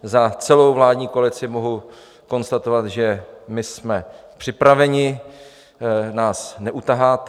Za celou vládní koalici mohu konstatovat, že jsme připraveni, nás neutaháte.